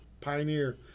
pioneer